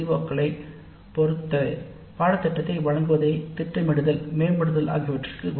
க்களைப் பொறுத்து பாடத்திட்டத்தை வழங்குவதைத் திட்டமிடுதல் மேம்படுத்துதல் ஆகியவற்றிற்கு உதவும்